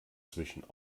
zwischen